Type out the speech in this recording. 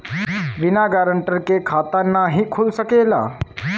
बिना गारंटर के खाता नाहीं खुल सकेला?